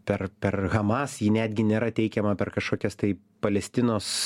per per hamas ji netgi nėra teikiama per kažkokias tai palestinos